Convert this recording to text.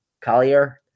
Collier